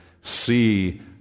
see